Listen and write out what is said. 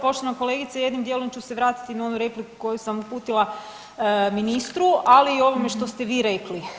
Poštovana kolegice, jednim dijelom ću se vratiti na onu repliku koju sam uputila ministru, ali i ovome što ste vi rekli.